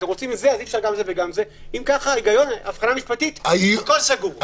זה וגם זה - אם כך ההבחנה המשפטית הכול סגור.